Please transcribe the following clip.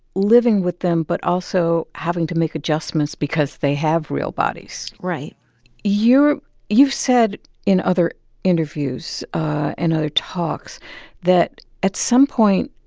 living with them but also having to make adjustments because they have real bodies right you've said in other interviews and other talks that at some point,